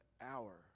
hour